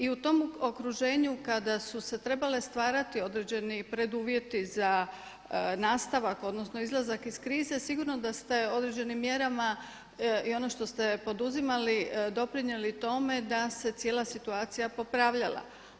I u tom okruženju kada su se trebale stvarati određeni preduvjeti za nastavak odnosno izlazak iz krize sigurno da ste određenim mjerama i ono što ste poduzimali doprinijeli tome da se cijela situacija popravljala.